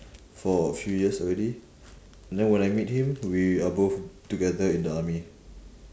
for a few years already then when I meet him we are both together in the army